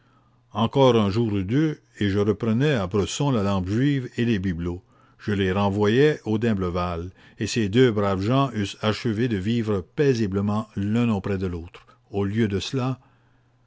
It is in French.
encore un jour ou deux et je reprenais à bresson la lampe juive et les bibelots je les renvoyais aux d'imblevalle et ces deux braves gens eussent achevé de vivre paisiblement l'un auprès de l'autre mais non il a